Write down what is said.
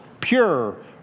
pure